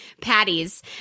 patties